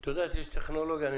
יש טכנולוגיה של